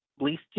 least